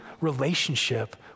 relationship